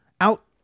out